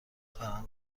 فرهنگ